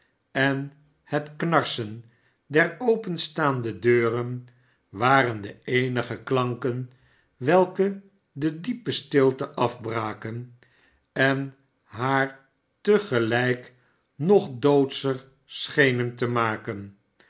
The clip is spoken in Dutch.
en het knarsen der openstaande deuren waren de eenige klanken welke de diepe stilte afbraken en haar te gelijk nog doodscher schenen te maken